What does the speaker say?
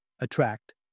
Attract